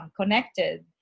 connected